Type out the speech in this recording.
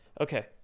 Okay